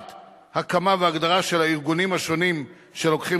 1. הקמה והגדרה של האורגנים השונים שלוקחים